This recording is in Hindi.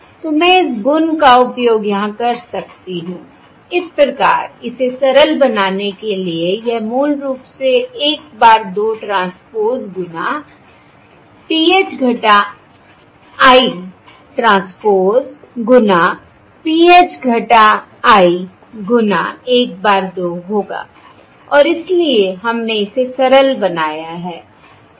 तो मैं इस गुण का उपयोग यहां कर सकती हूं इस प्रकार इसे सरल बनाने के लिए यह मूल रूप से 1 bar 2 ट्रांसपोज़ गुना PH - I ट्रांसपोज़ गुना PH - I गुना 1 bar 2 होगा I और इसलिए हमने इसे सरल बनाया है